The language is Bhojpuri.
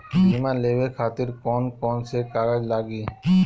बीमा लेवे खातिर कौन कौन से कागज लगी?